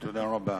תודה רבה.